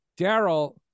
Daryl